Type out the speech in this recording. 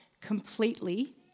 completely